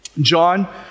John